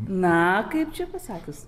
na kaip čia pasakius